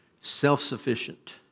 self-sufficient